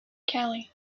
cali